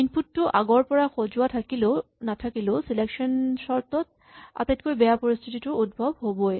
input টো আগৰ পৰা সজোৱা থাকিলেও নাথাকিলেও চিলেকচন চৰ্ট ত আটাইতকৈ বেয়া পৰিস্হিতিটোৰ উদ্ভৱ হ'বই